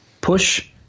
Push